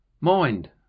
mind